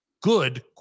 good